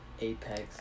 Apex